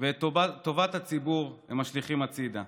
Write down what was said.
ואת טובת הציבור הם משליכים הצידה,